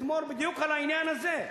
אתמול בדיוק על העניין הזה.